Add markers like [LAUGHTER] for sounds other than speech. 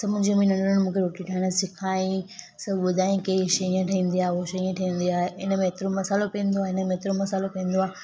त मुंहिंजी [UNINTELLIGIBLE] मूंखे रोटी ठाइण सेखारियो सब ॿुधाई कि शइ हीअं ठहंदी आहे उहो शइ हीअं ठहंदी आहे हिन में हेतिरो मसालो पवंदो आ इन में हेतिरो मसालो पवंदो आहे